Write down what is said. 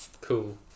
Cool